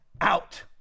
out